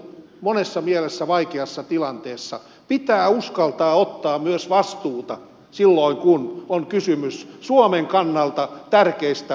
monessa mielessä vaikeassa tilanteessa pitää myös uskaltaa ottaa vastuuta silloin kun on kysymys suomen kannalta tärkeistä asioista